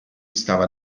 stava